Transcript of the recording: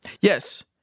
Yes